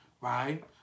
right